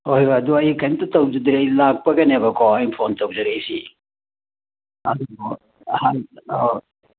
ꯍꯣꯏ ꯍꯣꯏ ꯑꯗꯨ ꯑꯩ ꯀꯩꯝꯇ ꯇꯧꯖꯗ꯭ꯔꯦ ꯑꯩ ꯂꯥꯛꯄꯒꯅꯦꯕꯀꯣ ꯑꯩ ꯐꯣꯟ ꯇꯧꯖꯔꯛꯏꯁꯤ